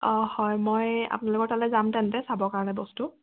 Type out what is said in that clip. অ' হয় মই আপোনালোকৰ তালৈ যাম তেন্তে চাব কাৰণে বস্তু